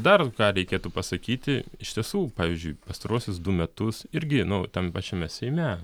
dar ką reikėtų pasakyti iš tiesų pavyzdžiui pastaruosius du metus irgi nu tam pačiame seime